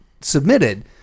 submitted